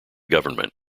government